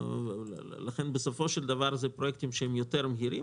לכן בסופו של דבר אלה פרויקטים מהירים יותר,